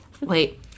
Wait